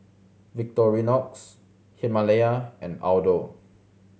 Victorinox Himalaya and Aldo